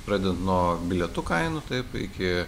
pradedant nuo bilietų kainų taip iki